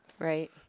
Right